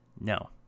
No